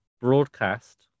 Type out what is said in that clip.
broadcast